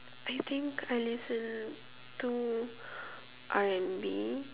I think I listen to R&B